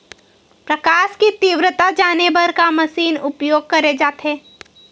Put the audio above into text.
प्रकाश कि तीव्रता जाने बर का मशीन उपयोग करे जाथे?